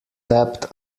debt